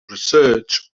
research